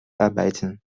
arbeiten